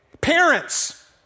Parents